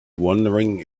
wondering